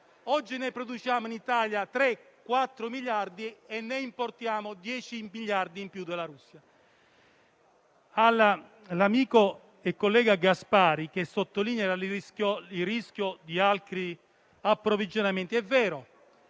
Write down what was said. oggi ne produciamo in Italia 3-4 miliardi e ne importiamo 10 in più dalla Russia. All'amico e collega senatore Gasparri, che sottolinea il rischio di altri approvvigionamenti,